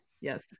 Yes